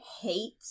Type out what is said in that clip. hate